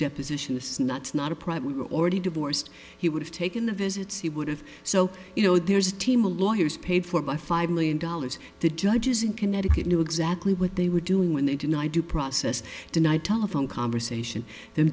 deposition this nuts not upright we were already divorced he would have taken the visits he would have so you know there's a team a lawyer is paid for by five million dollars the judges in connecticut knew exactly what they were doing when they deny due process deny telephone conversation the